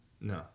no